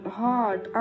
hot